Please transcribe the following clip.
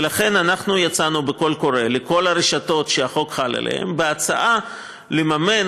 ולכן אנחנו יצאנו בקול קורא לכל הרשתות שהחוק חל עליהן בהצעה לממן